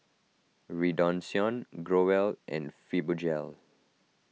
Redoxon Growell and Fibogel